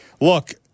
look